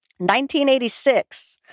1986